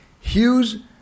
Hughes